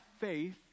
faith